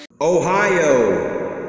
Ohio